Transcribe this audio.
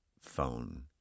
phone